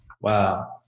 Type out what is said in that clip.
wow